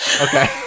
Okay